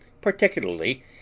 PARTICULARLY